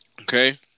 okay